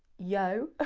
yo.